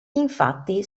infatti